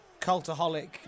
Cultaholic